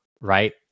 right